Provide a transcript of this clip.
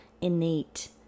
innate